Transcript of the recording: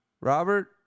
Robert